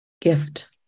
gift